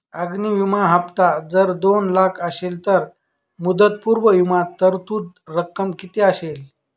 अग्नि विमा हफ्ता जर दोन लाख असेल तर मुदतपूर्व विमा तरतूद रक्कम किती असेल?